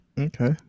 Okay